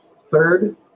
third